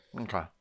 okay